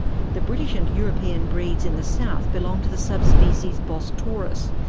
the british and european breeds in the south belong to the sub-species bos taurus.